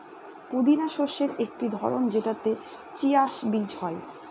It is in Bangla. পুদিনা শস্যের একটি ধরন যেটাতে চিয়া বীজ হয়